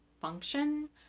function